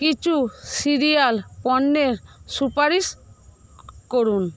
কিছু সিরিয়াল পণ্যের সুপারিশ করুন